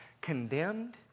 condemned